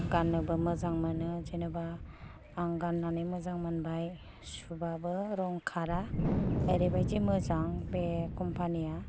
आं गाननोबो मोजां मोनो जेन'बा आं गान्नानै मोजां मोनबाय सुबाबो रं खारा ओरैबायदि मोजां बे कम्फानिया